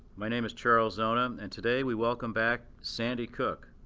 my name is charles zona, and today, we welcome back sandy koch.